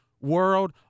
world